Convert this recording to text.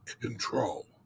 control